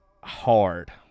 hard